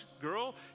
girl